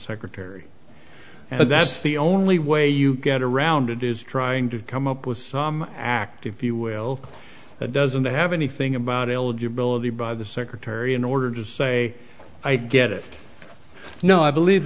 secretary and that's the only way you get around it is trying to come up with some act if you will that doesn't have anything about eligibility by the secretary in order to say i get it no i believe